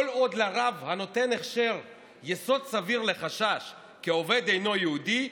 כל עוד לרב הנותן הכשר יסוד סביר לחשש כי העובד אינו יהודי,